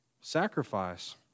Sacrifice